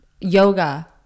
yoga